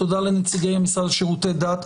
תודה לנציגי המשרד לשירותי דת.